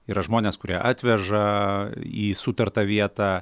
yra žmonės kurie atveža į sutartą vietą